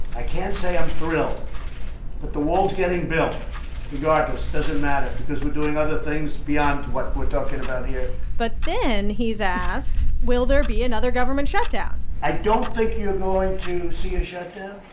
i can't say i'm thrilled. but the wall's getting built regardless it doesn't matter because we're doing other things beyond what we're talking about here but then he's asked, will there be another government shutdown? i don't think you're going to see a shutdown.